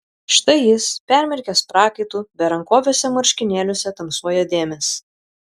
štai jis permirkęs prakaitu berankoviuose marškinėliuose tamsuoja dėmės